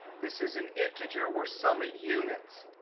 this is an integer. we're summing units.